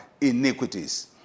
iniquities